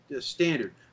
standard